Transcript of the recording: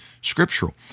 scriptural